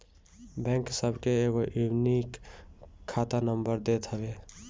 bank सबके एगो unique खाता नंबर देत हवे